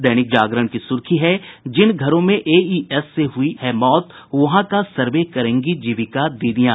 दैनिक जागरण की सुर्खी है जिन घरों में एईएस से हुई है मौते वहां का सर्वे करेंगी जीविका दीदीयां